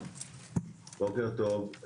בוקר טוב.